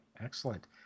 Excellent